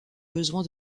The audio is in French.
besoin